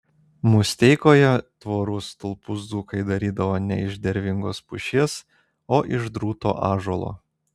musteikoje tvorų stulpus dzūkai darydavo ne iš dervingos pušies o iš drūto ąžuolo